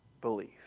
...belief